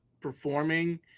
performing